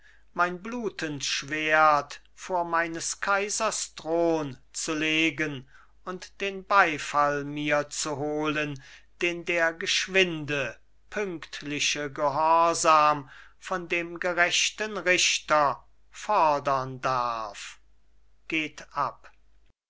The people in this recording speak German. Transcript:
mein blutend schwert vor meines kaisers thron zu legen und den beifall mir zu holen den der geschwinde pünktliche gehorsam von dem gerechten richter fodern darf geht ab